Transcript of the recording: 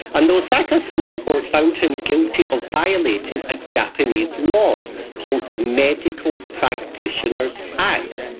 and the osaka summary court found him guilty of violating a japanese law called the medical practitioners act.